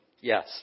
yes